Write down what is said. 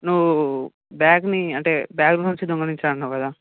నువ్వు బ్యాగ్ని అంటే బ్యాగ్లో నుంచి దొంగలించా అన్నావు కదా